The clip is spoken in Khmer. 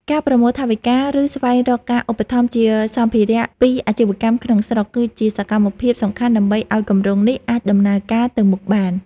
ការប្រមូលថវិកា ឬស្វែងរកការឧបត្ថម្ភជាសម្ភារៈពីអាជីវកម្មក្នុងស្រុក គឺជាសកម្មភាពសំខាន់ដើម្បីឱ្យគម្រោងនេះអាចដំណើរការទៅមុខបាន។